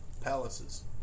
Palaces